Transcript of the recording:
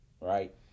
Right